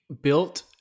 built